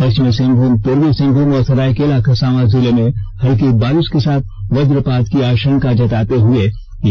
पष्चिमी सिंहभूम पूर्वी सिंहभूम और सराईकेला खरसावां जिले में हल्की बारिष के साथ वज्रपात की आषंका जताते हुए